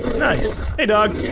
nice. hey dog.